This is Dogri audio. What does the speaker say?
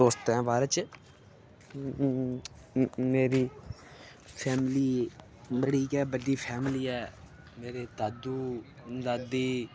दोस्तें बारे च मेरी फैमिली बड़ी गै बड्डी फैमिली ऐ मेरे दादू दादी